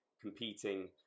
competing